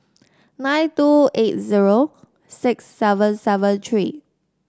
nine two eight zero six seven seven three